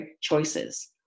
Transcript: Choices